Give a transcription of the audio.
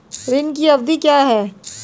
ऋण की अवधि क्या है?